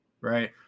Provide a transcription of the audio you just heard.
right